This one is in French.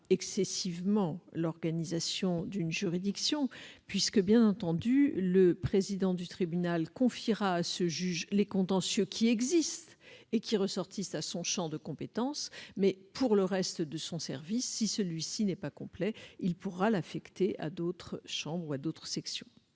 excessivement l'organisation d'une juridiction, puisque le président du tribunal confiera à ce juge les contentieux qui existent et qui ressortent de son champ de compétences, mais si le service de celui-ci n'est pas complet, il pourra aussi l'affecter à d'autres chambres ou à d'autres sections.